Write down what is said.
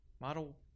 Model